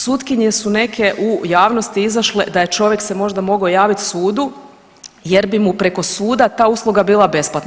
Sutkinje su neke u javnosti izašle da je čovjek se možda mogao javiti sudu jer bi mu preko suda ta usluga bila besplatna.